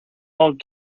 old